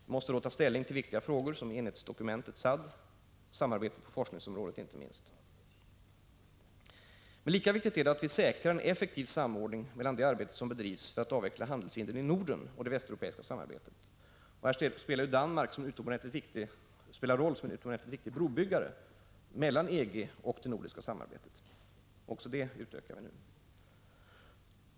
Vi måste då ta ställning till viktiga frågor som enhetsdokumentet SAD, samarbetet på forskningsområdet inte minst. Men lika viktigt är det att vi säkrar en effektiv samordning mellan det arbete som bedrivs för att avveckla handelshinder i Norden och det västeuropeiska samarbetet. Här spelar Danmark en utomordentligt viktig roll som brobyggare mellan EG och de nordiska länderna. Också det arbetet utökar vi nu.